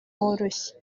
woroshye